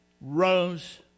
rose